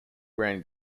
ran